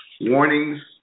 Warnings